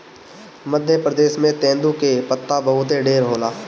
मध्य प्रदेश में तेंदू के पत्ता बहुते ढेर होला